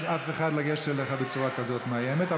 אף אחד לגשת אליך בצורה כזאת מאיימת,